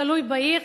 תלוי בעיר,